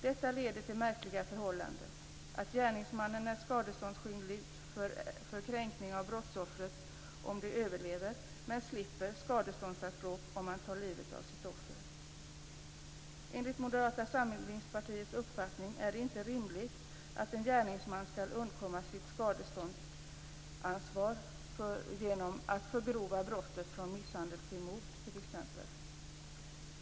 Detta leder till det märkliga förhållandet att gärningsmannen är skadeståndsskyldig för kränkning om brottsoffret överlever, men slipper skadeståndsanspråk om han tar livet av sitt offer. Enligt Moderata samlingspartiets uppfattning är det inte rimligt att en gärningsman skall undkomma sitt skadeståndsansvar genom att förgrova brottet från misshandel till mord t.ex.